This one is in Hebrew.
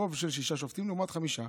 ברוב של שישה שופטים לעומת חמישה,